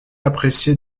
apprécié